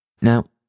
Now